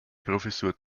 professur